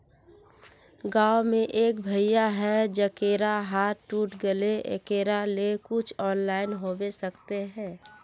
गाँव में एक भैया है जेकरा हाथ टूट गले एकरा ले कुछ ऑनलाइन होबे सकते है?